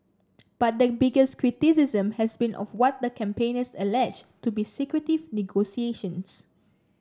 but the biggest criticism has been of what the campaigners allege to be secretive negotiations